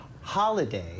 holiday